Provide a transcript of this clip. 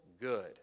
good